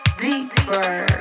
deeper